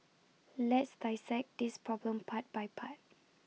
let's dissect this problem part by part